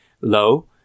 low